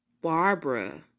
Barbara